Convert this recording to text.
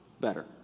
better